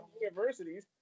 universities